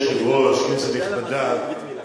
כנסת נכבדה,